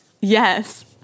Yes